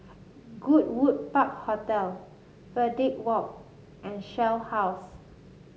Goodwood Park Hotel Verde Walk and Shell House